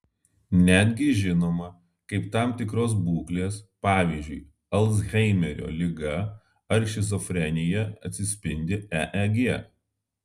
netgi žinoma kaip tam tikros būklės pavyzdžiui alzheimerio liga ar šizofrenija atsispindi eeg